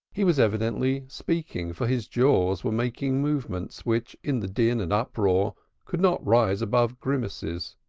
he was evidently speaking, for his jaws were making movements, which in the din and uproar could not rise above grimaces.